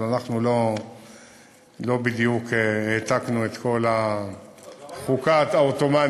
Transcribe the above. אבל אנחנו לא בדיוק העתקנו את כל החוקה העות'מאנית.